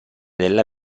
della